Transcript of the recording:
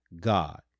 God